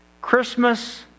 Christmas